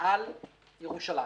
על ירושלים.